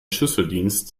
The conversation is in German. schlüsseldienst